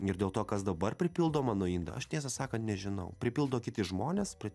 ir dėl to kas dabar pripildo mano indą aš tiesą sakan